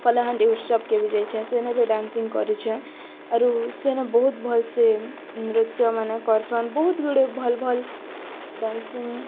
କଳାହାଣ୍ଡି ଉତ୍ସବ କେ ବି ଯାଇଛେଁ ସେନେ ବି ଡ୍ୟାନ୍ସିଂ କରିଛେଁ ଆରୁ ସେନ ବହୁତ୍ ଭଲ୍ସେ ନୃତ୍ୟମାନେ କରିସନ୍ ବହୁତ ଗୁଡ଼େ ଭଲ୍ ଭଲ୍ ଡ୍ୟାନ୍ସିଂ